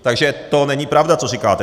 Takže to není pravda, co říkáte.